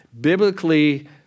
biblically